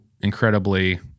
incredibly